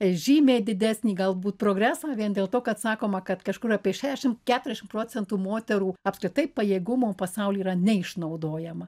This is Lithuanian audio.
žymiai didesnį galbūt progresą vien dėl to kad sakoma kad kažkur apie šešim keturiašim procentų moterų apskritai pajėgumo pasauly yra neišnaudojama